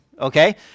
okay